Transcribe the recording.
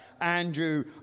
Andrew